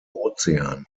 ozean